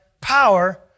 power